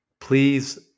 Please